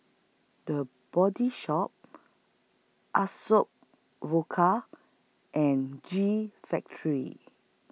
The Body Shop Vodka and G Factory